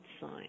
sign